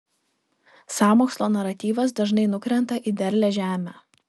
sąmokslo naratyvas dažnai nukrenta į derlią žemę